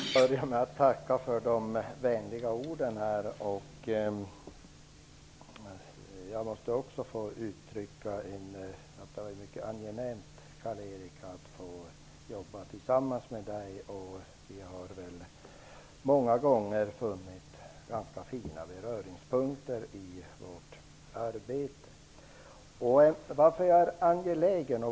Herr talman! Jag får börja med att tacka för de vänliga orden. Jag måste också få uttrycka att det har varit mycket angenämt att få jobba tillsammans med Karl Erik Olsson. Vi har många gånger funnit fina beröringspunkter i vårt arbete.